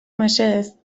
mesedez